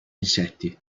insetti